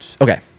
Okay